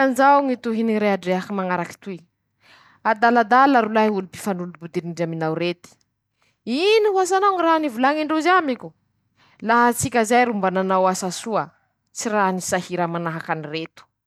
Sahala amizao ñy tohiny ñy rehadrehaky toy: -"Mila torohevitsy bakaminao aho, aminy ñy raha bevata hataoko toy ;ñ'antony :haiko, fa mana fomba fijery mazav'eha ro tsai-kefa bevata, tena ilako ñy hevitsy noho ñ'olo matoky nomahataka-davitsy aminy ñy fanapaha-kevitsy bevata ho rambesiko".